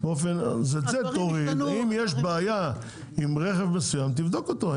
אם יש בעיה עם רכב מסוים, תבדוק אותו.